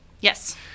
Yes